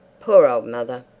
poor old mother,